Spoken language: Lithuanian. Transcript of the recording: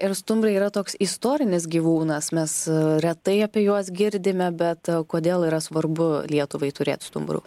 ir stumbrai yra toks istorinis gyvūnas mes retai apie juos girdime bet kodėl yra svarbu lietuvai turėt stumbrų